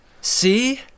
see